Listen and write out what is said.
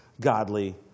godly